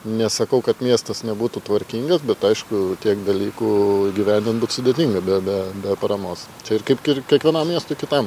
nesakau kad miestas nebūtų tvarkingas bet aišku tiek dalykų įgyvendint būt sudėtinga be be be paramos ir kaip kir kiekvienam miestui kitam